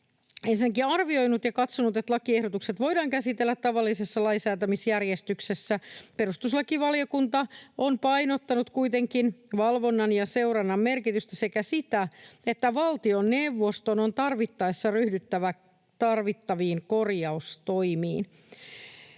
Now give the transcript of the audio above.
ensinnäkin arvioinut ja katsonut, että lakiehdotukset voidaan käsitellä tavallisessa lainsäätämisjärjestyksessä. Perustuslakivaliokunta on painottanut kuitenkin valvonnan ja seurannan merkitystä sekä sitä, että valtioneuvoston on tarvittaessa ryhdyttävä tarvittaviin korjaustoimiin.